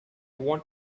want